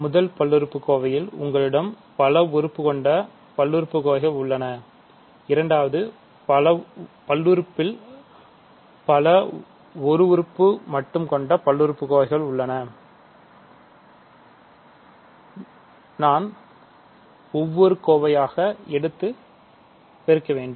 முதல் பல்லுறுப்புக்கோவையில் உங்களிடம் பல ஒரு உறுப்பு கொண்ட பல்லுறுப்புக்கோவைகள் உள்ளன இரண்டாவது பல்லுறுப்புறுப்பில் பல ஒரு உறுப்பு மட்டும் கொண்ட பல்லுறுப்புக்கோவைகள் உள்ளனநான் ஒவ்வொரு கோவையாக எடுத்தது பெருக்க வேண்டும்